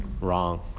wrong